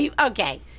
Okay